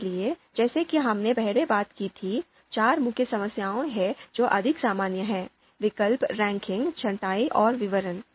इसलिए जैसा कि हमने पहले बात की थी चार मुख्य समस्याएं हैं जो अधिक सामान्य हैं विकल्प रैंकिंग छंटाई और विवरण